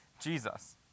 Jesus